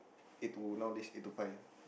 eight to nowadays either to five